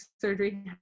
surgery